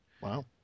Wow